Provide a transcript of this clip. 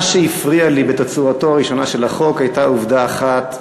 מה שהפריע לי בתצורתו הראשונה של החוק היה עובדה אחת,